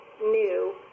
new